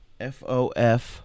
FOF